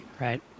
right